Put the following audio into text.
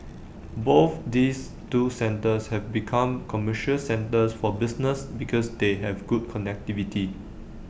both these two centres have become commercial centres for business because they have good connectivity